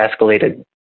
escalated